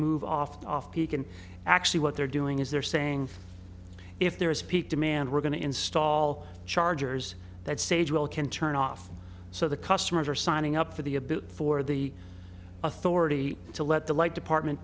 move off off peak and actually what they're doing is they're saying if there is peak demand we're going to install chargers that stage well can turn off so the customers are signing up for the a bit for the already to let the like department